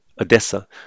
Odessa